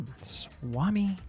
Swami